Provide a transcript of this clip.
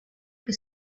que